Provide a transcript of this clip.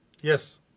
Yes